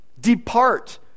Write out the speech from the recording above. depart